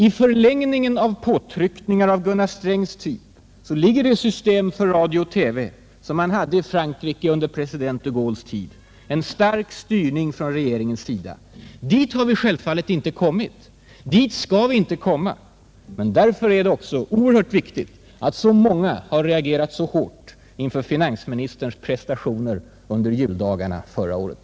I förlängningen av påtryckningar av Gunnar Strängs typ ligger det system för radio och TV som man hade i Frankrike under president de Gaulles tid: en stark styrning från regeringens sida. Dit har vi självfallet inte kommit. Dit skall vi inte komma. Men därför är det också oerhört viktigt att så många har reagerat så hårt inför finansministerns prestationer under juldagarna förra året.